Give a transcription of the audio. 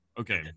okay